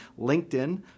LinkedIn